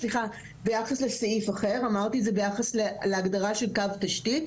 סליחה, אמרתי את זה ביחס להגדרה של קו תשתית.